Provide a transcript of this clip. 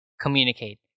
communicate